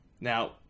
Now